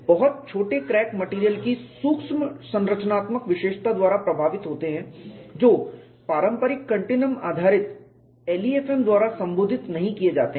बहुत छोटे crack material की सूक्ष्म संरचनात्मक विशेषता द्वारा प्रभावित होते हैं जो पारंपरिक कंटीन्यूयम आधारित LEFM द्वारा संबोधित नहीं किए जाते हैं